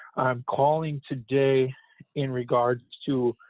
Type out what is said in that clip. i'm calling today in regards to